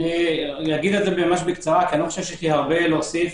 כי אין לי הרבה להוסיף.